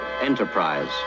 Enterprise